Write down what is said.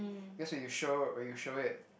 that's when you show when you show it